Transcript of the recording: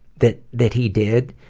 that that he did,